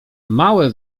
małe